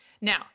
Now